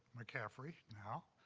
mccaffrey now,